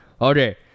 okay